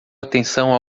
atenção